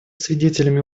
свидетелями